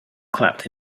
clapped